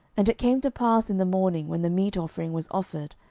and it came to pass in the morning, when the meat offering was offered,